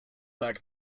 that